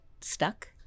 stuck